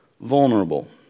vulnerable